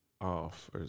off